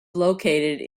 located